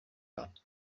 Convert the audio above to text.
pas